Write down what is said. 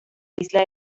isla